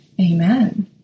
amen